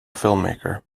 filmmaker